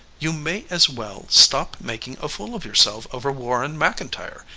you may as well stop making a fool of yourself over warren mcintyre.